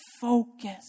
focus